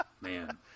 Man